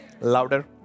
Louder